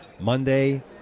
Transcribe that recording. Monday